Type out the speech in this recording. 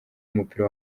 w’umupira